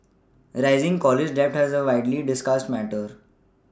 rising college debt has a widely discussed matter